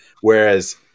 whereas